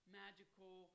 magical